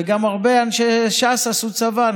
וגם הרבה אנשי ש"ס עשו צבא.